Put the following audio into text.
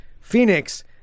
Phoenix